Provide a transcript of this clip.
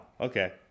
Okay